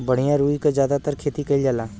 बढ़िया रुई क जादातर खेती कईल जाला